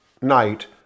night